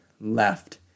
left